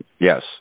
Yes